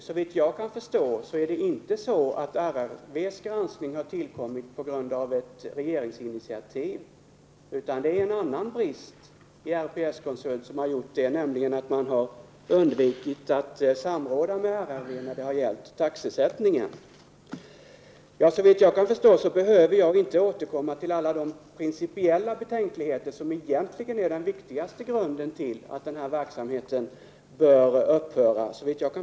Såvitt jag kan förstå har inte RRV:s granskning tillkommit på regeringens initiativ, utan en annan brist hos RPS-konsult har varit anledningen till granskningen, nämligen att man undvikit att samråda med RRV när det gällt taxesättningen. Jag behöver nog inte återkomma till alla de principiella betänkligheter som egentligen är den viktigaste grunden till att den här verksamheten bör upphöra.